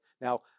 Now